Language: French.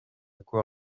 cour